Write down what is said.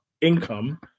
income